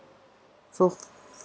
so